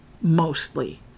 mostly